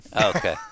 Okay